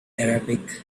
arabic